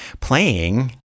playing